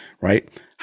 right